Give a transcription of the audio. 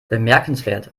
bemerkenswert